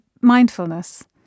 mindfulness